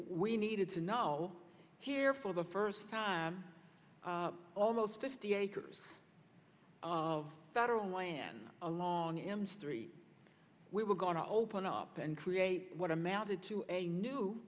we needed to know here for the first time almost fifty acres of federal land along m street where we're going to open up and create what amounted to a new